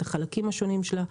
את החלקים השונים שלה,